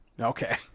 Okay